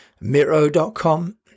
Miro.com